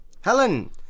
Helen